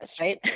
right